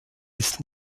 ist